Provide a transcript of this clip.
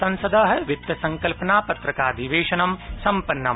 संसद वित्तसंकल्पना पत्रकाधिवेशनं सम्पन्नम्